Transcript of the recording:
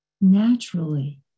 Naturally